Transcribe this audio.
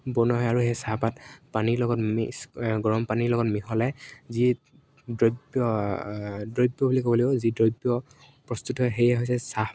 বনোৱা হয় আৰু সেই চাহপাত পানীৰ লগত মিক্স গৰম পানীৰ লগত মিহলাই যি দ্ৰব্য দ্ৰব্য বুলি ক'ব লাগিব যি দ্ৰব্য প্ৰস্তুত হয় সেয়ে হৈছে চাহ